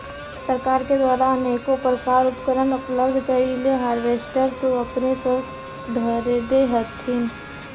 सरकार के द्वारा अनेको प्रकार उपकरण उपलब्ध करिले हारबेसटर तो अपने सब धरदे हखिन?